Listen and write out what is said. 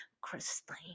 Christine